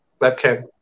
webcam